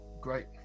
great